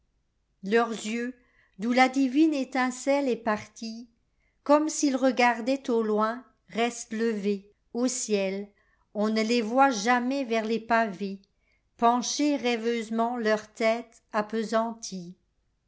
leurs yeux d'où la divine étincelle est partie comme s'ils regardaient au loin restent levésau ciel on ne les voit jamais vers les pavéspencher rêveusement leur tête appesantie